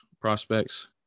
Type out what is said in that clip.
prospects